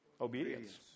obedience